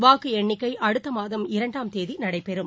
வாக்கு எண்ணிக்கை அடுத்த மாதம் இரண்டாம் தேதி நடைபெறும்